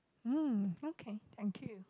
mm okay thank you